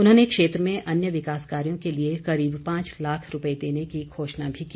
उन्होंने क्षेत्र में अन्य विकास कार्यों के लिए करीब पांच लाख रूपए देने की घोषणा भी की